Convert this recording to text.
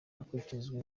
hakurikijwe